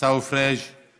עיסאווי פריג';